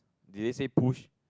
did they say push